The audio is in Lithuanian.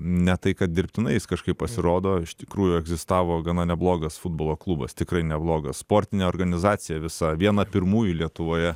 ne tai kad dirbtinai jis kažkaip pasirodo iš tikrųjų egzistavo gana neblogas futbolo klubas tikrai neblogas sportinė organizacija visa viena pirmųjų lietuvoje